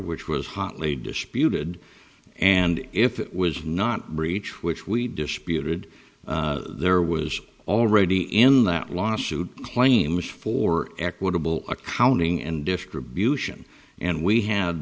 which was hotly disputed and if it was not breach which we disputed there was already in that lawsuit claims for equitable accounting and distribution and we had